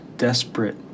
desperate